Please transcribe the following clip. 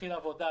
להתחיל עבודה,